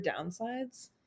downsides